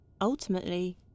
Ultimately